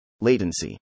Latency